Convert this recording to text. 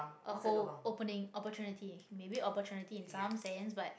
a hole opening opportunity maybe opportunity in some sense but